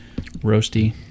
roasty